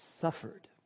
suffered